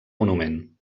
monument